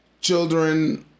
Children